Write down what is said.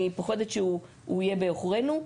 אני פוחדת שהוא יהיה בעוכרנו.